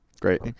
Great